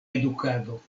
edukado